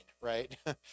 right